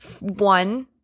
one